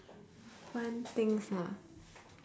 fun things ah